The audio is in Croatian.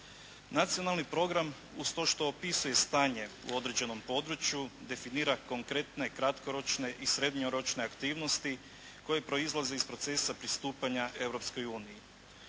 Nacionalni program uz to što opisuje stanje u određenom području definira konkretne kratkoročne i srednjoročne aktivnosti koje proizvozi iz procesa pristupanja